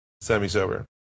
semi-sober